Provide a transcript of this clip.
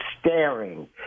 staring